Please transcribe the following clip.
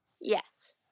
yes